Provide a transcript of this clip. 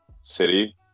City